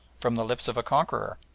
from the lips of a conqueror.